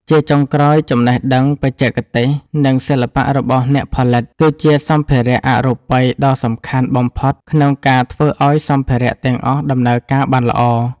ជាចុងក្រោយ ចំណេះដឹងបច្ចេកទេស និងសិល្បៈរបស់អ្នកផលិត គឺជាសម្ភារៈអរូបិយដ៏សំខាន់បំផុតក្នុងការធ្វើឱ្យសម្ភារៈទាំងអស់ដំណើរការបានល្អ។